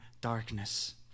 darkness